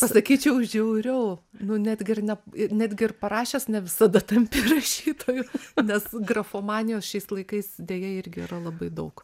pasakyčiau žiauriau nu netgi ir ne netgi ir parašęs ne visada tampi rašytoju nes grafomanijos šiais laikais deja irgi yra labai daug